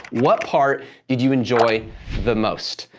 what part did you enjoy the most?